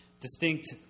distinct